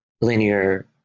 linear